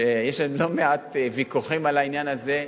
שיש שם לא מעט ויכוחים על העניין הזה.